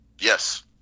yes